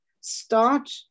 start